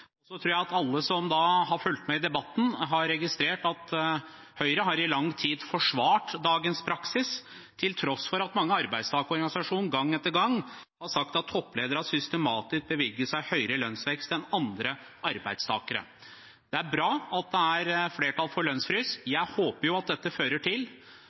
at alle som har fulgt med i debatten, har registrert at Høyre i lang tid har forsvart dagens praksis til tross for at mange arbeidstakerorganisasjoner gang etter gang har sagt at topplederne systematisk bevilger seg høyere lønnsvekst enn andre arbeidstakere. Det er bra at det er flertall for lønnsfrys. Jeg håper at dette fører til